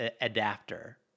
adapter